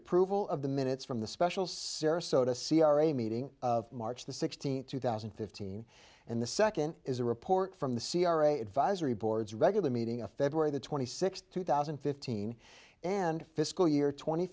approval of the minutes from the special sarasota c r a meeting of march the sixteenth two thousand and fifteen and the second is a report from the c r a advisory boards regular meeting a february the twenty sixth two thousand and fifteen and fiscal year tw